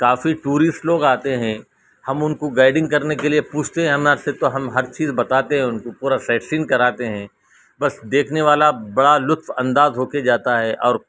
کافی tourist لوگ آتے ہیں ہم ان کو گائیڈنگ کرنے کے لیے پوچھتے ہیں ہمار سے تو ہم ہر چیز بتا تے ہیں ان کو پورا سائیڈ سین کراتے ہیں بس دیکھنے والا بڑا لطف انداز ہو کے جاتا ہے اور